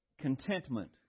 contentment